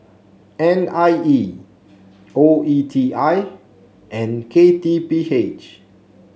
N I E O E T I and K T P H